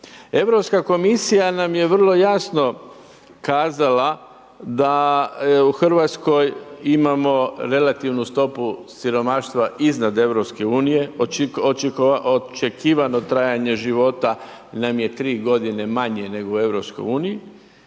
Europska komisija nam je vrlo jasno kazala da je u Hrvatskoj imamo relativnu stopu siromaštva iznad EU, očekivano trajanje života nam je 3 godine manje nego u EU i